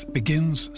begins